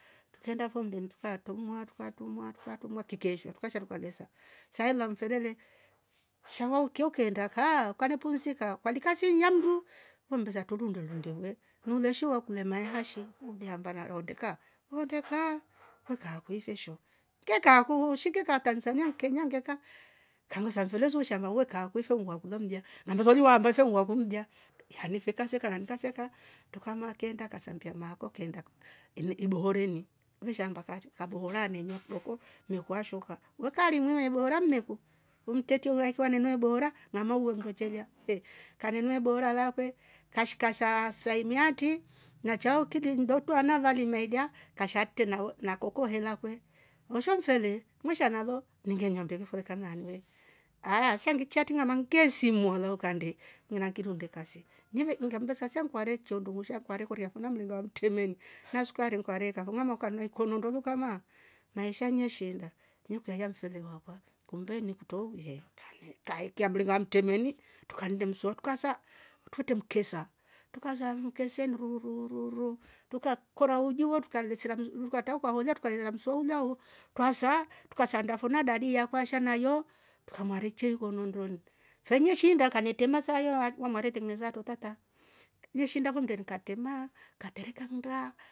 Trukenda fo mndeni truka trumua, truka trumua, truka trumua kikeeshwa trukasha tukalesira, saayo mfele le sha va ukya ukeenda kaa ukanepimsika kwani kasii ni ya mndu we mbesa truruunde ruunde we niuleshi wakulema ihashi uliamaba na honde kaa? We kaa kwi ifesho ngekaaku shingeka tansania ni kenya ngekaa kang'vesha mfele su we shaamba we kaa ku ife niwaaku mlya? Ngambesa oli waamba ifee ni waaku mlya? Nafee kaseka naani ngaseka trukamaa keenda kasambia maako, keenda ibohoreni neshaamba kabohora anenywa kidoko mmeku ashoka, wekaari umuima ibihora mmeku umtretie wakiwa inywa ibohora ng'ama uuwe nndo chela kanenywa ibohora lakwe kashikaa saa imi atri na chao kili nndo vana vali maa ila kasha atre na koko he lakwe. osho mfele mwesha nalo ini ngeenywa mbeke fo lekan naani we aah si ngichie haatri ng'ama ngesimua oh kande sia ngikware ichya ooh undusha, kwarekoria fo mringa wa mtremeni na sukari nkwaree eka fo ng'ama ukanywa ikonondoo li ukamaa maisha neshi indaa nekuiya haiya mfele akwa kumbe nikutro, ukaikya mringa wamtremeni trukannde mswa trukasa twretre mkesa trukasaa mkeseni ruu ruu ruuu trukakora ujiwo truka resila tukatra ukaholia trukaikya na mswa ulya ho twasaa trukasanda fo na dadii ilya ashanayo trukamwaare ichya ho ikonondoni, fenishiinda nganetreama saayo wa mware tengenesa aatro tata neshiinda fo mndeni katrema katereka nnda,